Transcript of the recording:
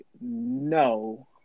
no